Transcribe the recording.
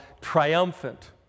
triumphant